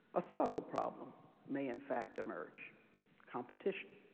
a subtle problem may in fact emerge competition.